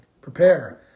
Prepare